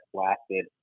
lasted